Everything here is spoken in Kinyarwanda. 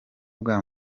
bwa